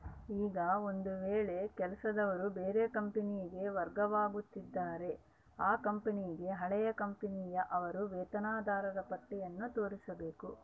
ಈಗ ಒಂದು ವೇಳೆ ಕೆಲಸದವರು ಬೇರೆ ಕಂಪನಿಗೆ ವರ್ಗವಾಗುತ್ತಿದ್ದರೆ ಆ ಕಂಪನಿಗೆ ಹಳೆಯ ಕಂಪನಿಯ ಅವರ ವೇತನದಾರರ ಪಟ್ಟಿಯನ್ನು ತೋರಿಸಬೇಕು